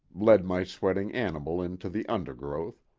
led my sweating animal into the undergrowth,